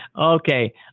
Okay